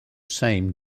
same